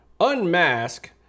unmask